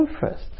first